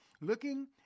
Looking